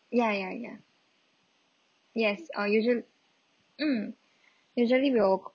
ya ya ya yes err usual~ mm usually we'll